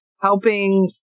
helping